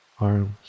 arms